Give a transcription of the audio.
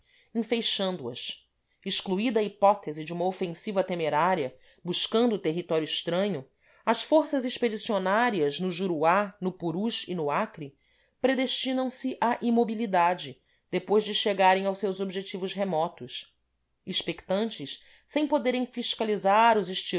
outra preexcelente enfeixando as excluída a hipótese de uma ofensiva temerária buscando o território estranho as forças expedicionárias no juruá no purus e no acre predestinam se à imobilidade depois de chegarem aos seus objetivos remotos expectantes sem poderem fiscalizar os